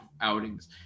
outings